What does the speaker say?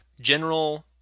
General